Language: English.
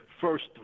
first